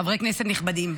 חברי כנסת נכבדים,